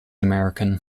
american